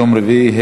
יום רביעי,